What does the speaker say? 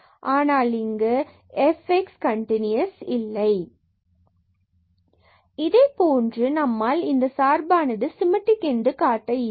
எனவே இங்கு fx continuous இல்லை இதேபோன்று நம்மால் இந்த சார்பானது சிமட்ரிக் என்று காட்ட இயலும்